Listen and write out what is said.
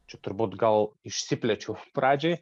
čia turbūt gal išsiplėčiau pradžiai